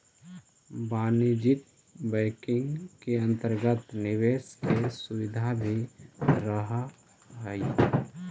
वाणिज्यिक बैंकिंग के अंतर्गत निवेश के सुविधा भी रहऽ हइ